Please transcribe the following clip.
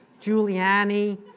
Giuliani